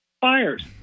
fires